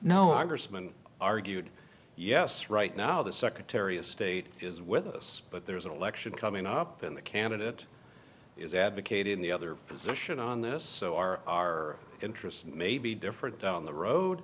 grossman argued yes right now the secretary of state is with us but there's an election coming up in the candidate is advocating the other position on this so are our interests maybe different down the road